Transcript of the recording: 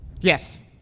Yes